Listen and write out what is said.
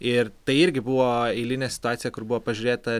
ir tai irgi buvo eilinė situacija kur buvo pažiūrėta